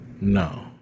no